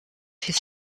his